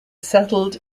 settled